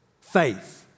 faith